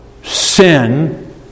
Sin